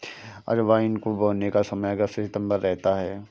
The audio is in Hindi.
अजवाइन को बोने का समय अगस्त सितंबर रहता है